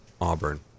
Auburn